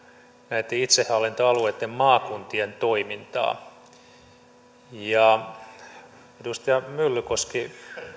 näitten itsehallintoalueitten maakuntien toimintaa edustaja myllykoski